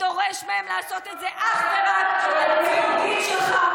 ודורש מהם לעשות את זה אך רק על פי החוקים שלך,